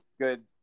good